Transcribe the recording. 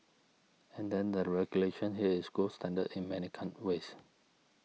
and then the regulation here is gold standard in many ways